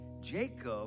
jacob